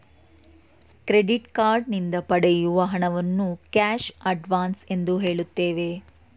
credit card ನಿಂದ ಪಡೆಯುವ ಹಣವನ್ನು ಕ್ಯಾಶ್ ಅಡ್ವನ್ಸ್ ಎಂದು ಹೇಳುತ್ತೇವೆ